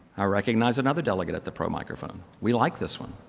i recognize another delegate at the pro microphone. we like this one.